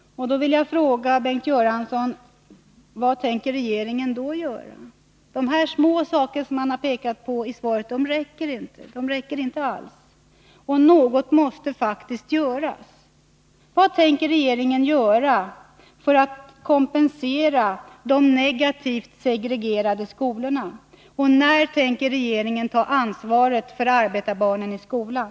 Jag vill fråga Bengt Göransson: Vad tänker regeringen göra? De små saker som man pekat på i svaret räcker inte alls. Någonting måste faktiskt göras. Vad tänker regeringen göra för att kompensera de negativt segregerade skolorna? När tänker regeringen ta ansvaret för arbetarbarnen i skolan?